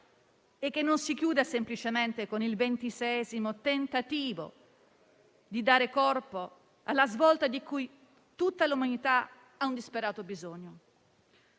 è che non si chiuda semplicemente con il ventiseiesimo tentativo di dare corpo alla svolta di cui tutta l'umanità ha un disperato bisogno.